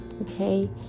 okay